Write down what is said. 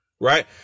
right